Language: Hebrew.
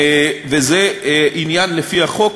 וזה עניין לפי החוק